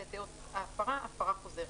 ואת היות ההפרה הפרה חוזרת.